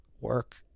work